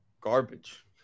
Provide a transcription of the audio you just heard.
garbage